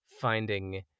finding